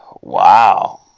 Wow